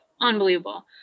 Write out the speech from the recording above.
unbelievable